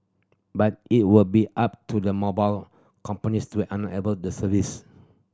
but it will be up to the mobile companies to enable the service